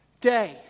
day